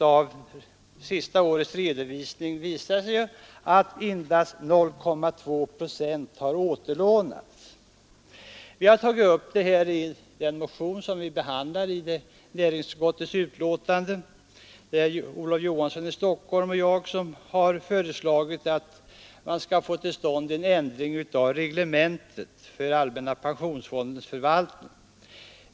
Av senaste årets redovisning visar det sig ju att endast 0,2 procent återlånats. Vi har tagit upp det här i en motion som vi behandlat i näringsutskottets betänkande. Herr Olof Johansson i Stockholm och jag har föreslagit att man skall få till stånd en ändring av reglementet för allmänna pensionsfondens förvaltning.